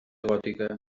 gòtica